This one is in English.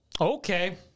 okay